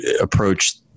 approach